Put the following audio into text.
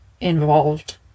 involved